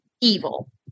evil